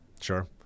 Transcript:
Sure